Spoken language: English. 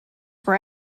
were